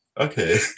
okay